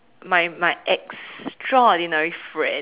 my my extraordinary friend